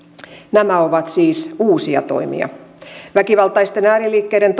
nämä ovat siis uusia toimia väkivaltaisten ääriliikkeiden